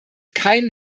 keinen